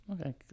Okay